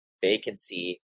vacancy